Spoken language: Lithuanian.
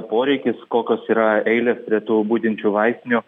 poreikis kokios yra eilės prie tų budinčių vaistinių